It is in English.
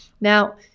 Now